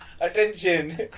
Attention